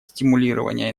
стимулирования